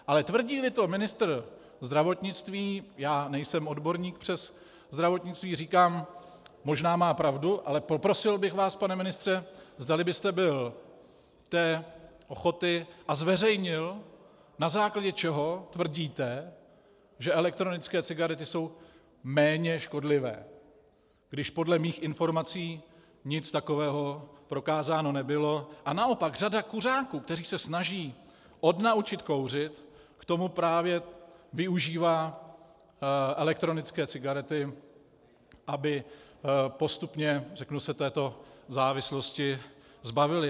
Ale tvrdíli to ministr zdravotnictví, já nejsem odborník přes zdravotnictví, říkám, možná má pravdu, ale poprosil bych vás, pane ministře, zdali byste byl té ochoty a zveřejnil, na základě čeho tvrdíte, že elektronické cigarety jsou méně škodlivé, když podle mých informací nic takového prokázáno nebylo, a naopak řada kuřáků, kteří se snaží odnaučit kouřit, k tomu právě využívá elektronické cigarety, aby postupně se této závislosti zbavili.